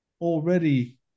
already